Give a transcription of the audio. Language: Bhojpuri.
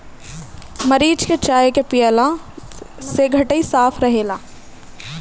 मरीच के चाय पियला से गटई साफ़ रहेला